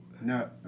No